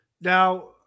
Now